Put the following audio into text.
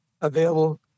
available